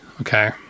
okay